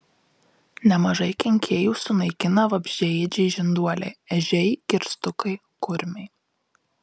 nemažai kenkėjų sunaikina vabzdžiaėdžiai žinduoliai ežiai kirstukai kurmiai